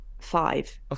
Five